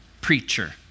preacher